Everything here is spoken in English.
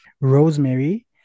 Rosemary